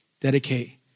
Dedicate